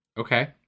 Okay